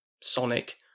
Sonic